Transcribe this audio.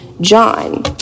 John